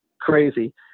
crazy